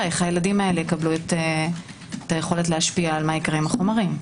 איך הילדים יקבלו את היכולת להשפיע מה יקרה עם החומרים.